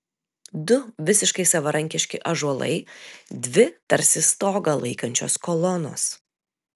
du visiškai savarankiški ąžuolai dvi tarsi stogą laikančios kolonos